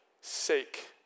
sake